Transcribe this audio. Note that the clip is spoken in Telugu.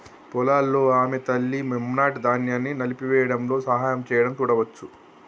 పొలాల్లో ఆమె తల్లి, మెమ్నెట్, ధాన్యాన్ని నలిపివేయడంలో సహాయం చేయడం చూడవచ్చు